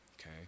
okay